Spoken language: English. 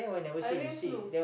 having flu